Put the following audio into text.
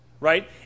right